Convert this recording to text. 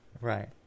Right